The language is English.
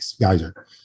Geyser